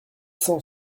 cent